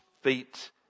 feet